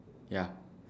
ya